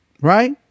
right